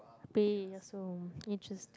pay also interest